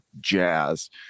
Jazz